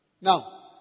Now